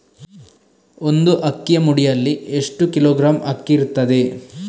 ಒಂದು ಅಕ್ಕಿಯ ಮುಡಿಯಲ್ಲಿ ಎಷ್ಟು ಕಿಲೋಗ್ರಾಂ ಅಕ್ಕಿ ಇರ್ತದೆ?